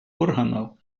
органов